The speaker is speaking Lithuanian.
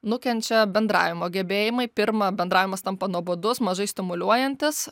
nukenčia bendravimo gebėjimai pirma bendravimas tampa nuobodus mažai stimuliuojantis